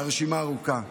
והרשימה ארוכה.